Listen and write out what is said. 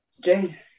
Jane